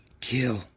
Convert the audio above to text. Kill